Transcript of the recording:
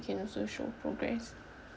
we can also show progress